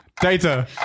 Data